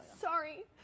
sorry